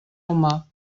humà